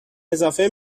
اضافه